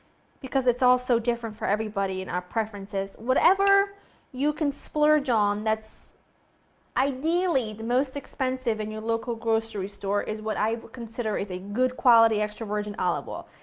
because it's all so different for everybody and our preferences, whatever you can splurge on that's ideally the most expensive in your local grocery store is what i would consider is a good quality extra virgin olive oil.